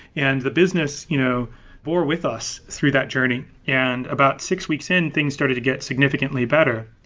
and the business you know bore with us through that journey, and about six weeks in, things started to get significantly better.